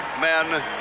men